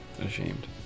ashamed